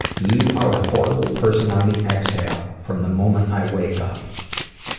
you are a horrible person on the exhale from the moment i wake up.